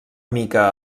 mica